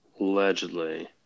Allegedly